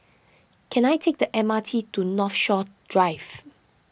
can I take the M R T to Northshore Drive